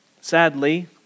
Sadly